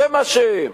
זה מה שהם.